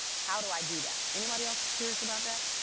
how do i do that? anybody else curious about that?